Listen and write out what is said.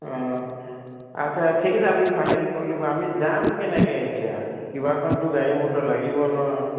অঁ আচ্ছা ঠিক আছে আমি ফাইনেল কৰিলোঁ বাৰু আমি যাম কেনেকৈ এতিয়া কিবাখনতো গাড়ী মটৰ লাগিব নহয়